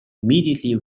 immediately